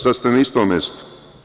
Sada ste na istom mestu.